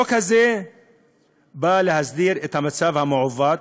החוק הזה בא להסדיר את המצב המעוות,